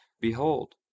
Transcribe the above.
Behold